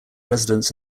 residents